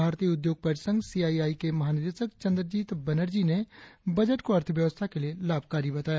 भारतीय उद्योग परिसंघ सीआईआई के महानिदेशक चंद्रजीत बनर्जी ने बजट को अर्थव्यवस्था के लिए लाभकारी बताया